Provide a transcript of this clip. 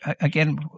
Again